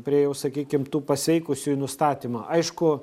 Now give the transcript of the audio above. prie jau sakykim tų pasveikusiųjų nustatymo aišku